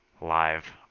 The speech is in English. live